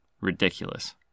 Ridiculous